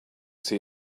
see